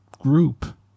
group